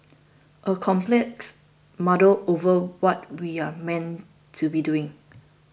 a complex muddle over what we're meant to be doing